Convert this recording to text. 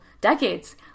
decades